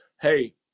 hey